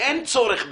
אין צורך בזה.